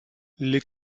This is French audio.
les